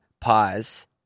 pause